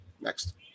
Next